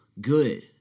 good